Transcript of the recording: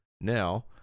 Now